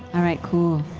all right, cool.